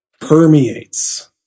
permeates